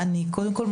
קודם כל,